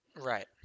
Right